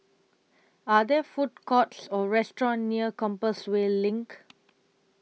Are There Food Courts Or restaurants near Compassvale LINK